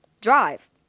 Drive